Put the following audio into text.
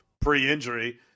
pre-injury